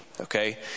okay